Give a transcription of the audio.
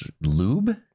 lube